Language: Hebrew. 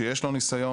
שיש לו ניסיון,